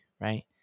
right